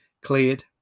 cleared